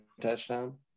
touchdown